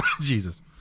Jesus